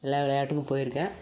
எல்லா விளாட்டுக்கும் போயிருக்கேன்